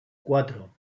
cuatro